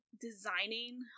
designing